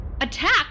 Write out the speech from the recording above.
Attack